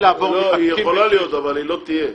היא יכולה להיות אבל היא לא תהיה.